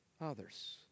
others